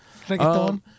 Reggaeton